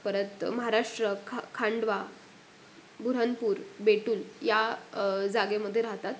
परत महाराष्ट्र खा खांडवा बुऱ्हाणपूर बेतूल ह्या जागेमध्ये राहतात